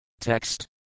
Text